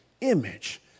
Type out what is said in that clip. image